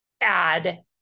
add